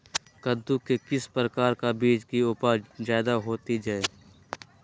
कददु के किस प्रकार का बीज की उपज जायदा होती जय?